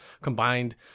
combined